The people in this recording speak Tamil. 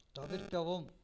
தவிர்க்கவும்